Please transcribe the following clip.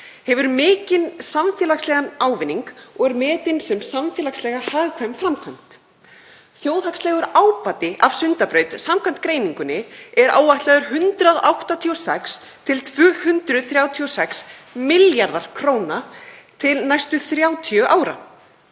hefur mikinn samfélagslegan ávinning og er metin sem samfélagslega hagkvæm framkvæmd. Þjóðhagslegur ábati af Sundabraut samkvæmt greiningunni er áætlaður 186–236 milljarðar kr. til næstu 30 ára.